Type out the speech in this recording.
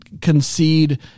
concede